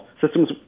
Systems